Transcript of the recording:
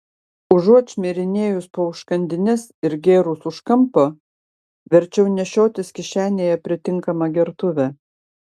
užuot šmirinėjus po užkandines ir gėrus už kampo verčiau nešiotis kišenėje pritinkamą gertuvę